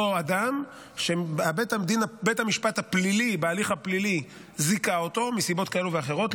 אותו אדם שבית המשפט הפלילי בהליך הפלילי זיכה אותו מסיבות כאלה ואחרות,